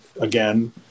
Again